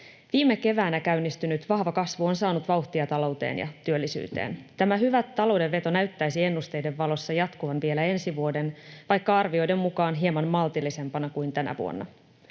Viime keväänä käynnistynyt vahva kasvu on saanut vauhtia talouteen ja työllisyyteen. Tämä hyvä talouden veto näyttäisi ennusteiden valossa jatkuvan vielä ensi vuoden, vaikka arvioiden mukaan hieman maltillisempana kuin tänä vuonna.